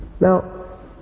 Now